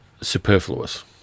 superfluous